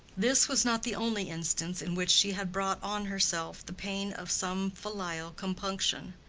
this was not the only instance in which she had brought on herself the pain of some filial compunction.